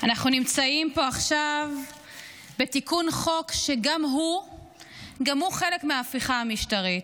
אנחנו נמצאים פה עכשיו בתיקון חוק שגם הוא חלק מההפיכה המשטרית,